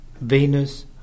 Venus